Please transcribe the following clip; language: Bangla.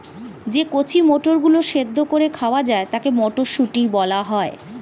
যে কচি মটরগুলো সেদ্ধ করে খাওয়া যায় তাকে মটরশুঁটি বলা হয়